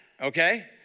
okay